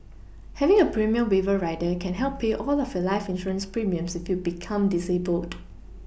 having a premium waiver rider can help pay all of your life insurance premiums if you become disabled